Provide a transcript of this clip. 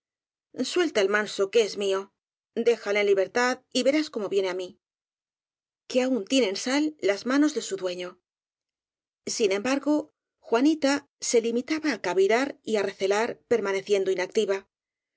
suelta el manso que es mío déjale en libertad y verás como viene á mí que aún tienen sal las manos de su dueño sin embargo juanita se limitaba á cavilar y á re celar permaneciendo inactiva